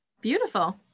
Beautiful